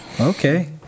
okay